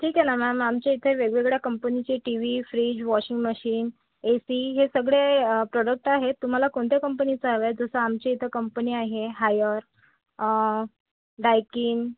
ठीक आहे नं मॅम आमच्या इथे वेगवेगळ्या कंपनीचे T V fridge washing machine A C हे सगळे प्रोडक्ट आहे तुम्हाला कोणत्या कंपनीचा हवा आहे जसं आमच्या इथं कंपनी आहे हायर डायकिन